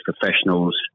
professionals